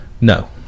No